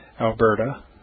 Alberta